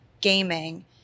gaming